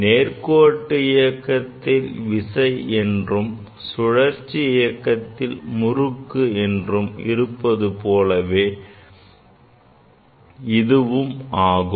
நேர்கோட்டு இயக்கத்தில் விசை என்றும் சுழற்சி இயக்கத்தில் முறுக்கு என்றும் இருப்பது போலவே இதுவும் ஆகும்